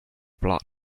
blood